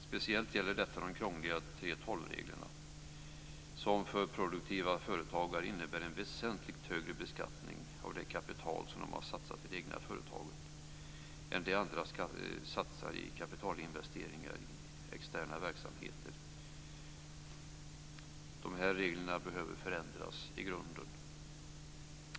Speciellt gäller detta de krångliga s.k. 3:12-reglerna, som för produktiva företagare innebär en väsentligt högre beskattning av det kapital som de satsat i det egna företaget än de andra som satsat på kapitalinvesteringar i externa verksamheter. Dessa regler behöver förändras i grunden.